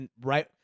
right